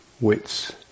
wits